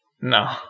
No